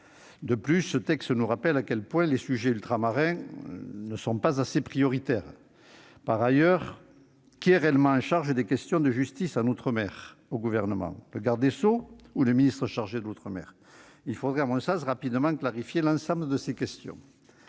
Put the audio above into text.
De plus, ce texte nous rappelle à quel point les sujets ultramarins ne sont pas assez prioritaires. Par ailleurs, qui est réellement en charge des questions de justice en outre-mer au Gouvernement : le garde des sceaux ou le ministre des outre-mer ? Il faudrait, à mon sens, rapidement clarifier l'ensemble de ces questions.